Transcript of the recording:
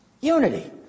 unity